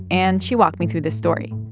and she walked me through this story.